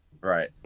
Right